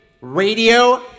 radio